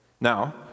Now